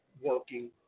working